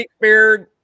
Beard